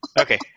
Okay